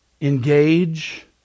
engage